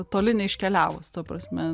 toli neiškeliavus ta prasme